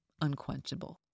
unquenchable